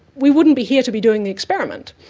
we wouldn't be here to be doing the experiment.